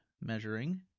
measuring